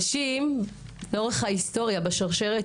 נשים שפרצו דרך לאורך ההיסטוריה בשרשרת